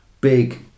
Big